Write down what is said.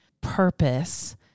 purpose